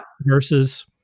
versus